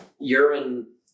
urine